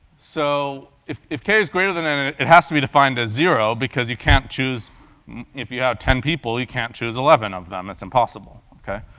so if if k is greater than n, it has to be defined as zero, because you can't choose if you have ten people, you can't choose eleven of them, it's impossible, ok?